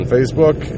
Facebook